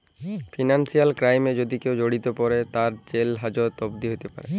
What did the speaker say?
financial ক্রাইমে যদি কেউ জড়িয়ে পরে, তার জেল হাজত অবদি হ্যতে প্যরে